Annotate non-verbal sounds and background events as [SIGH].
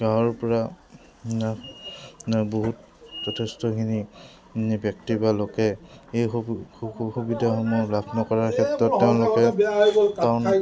গাঁৱৰ পৰা বহুত যথেষ্টখিনি ব্যক্তি বা লোকে এই সু সুবিধাসমূহ লাভ নকৰাৰ ক্ষেত্ৰত তেওঁলোকে [UNINTELLIGIBLE]